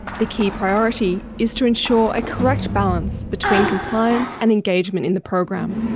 the key priority is to ensure a correct balance between compliance and engagement in the program.